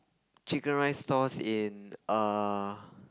chicken rice stalls in uh